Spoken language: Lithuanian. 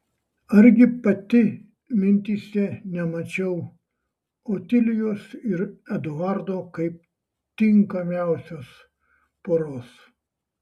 argi pati mintyse nemačiau otilijos ir eduardo kaip tinkamiausios poros